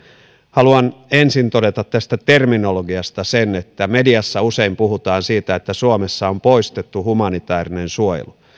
haluan ensin todeta tästä terminologiasta sen että mediassa usein puhutaan siitä että suomessa on poistettu humanitäärinen suojelu